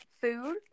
food